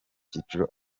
cyiciro